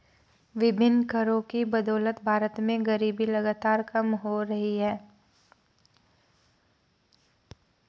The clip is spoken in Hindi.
विभिन्न करों की बदौलत भारत में गरीबी लगातार कम हो रही है